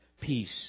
peace